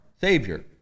savior